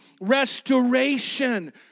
restoration